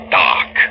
dark